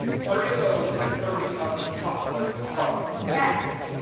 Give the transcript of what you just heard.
thirty of those and thirty of the chocolate chunk. yes.